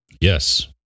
Yes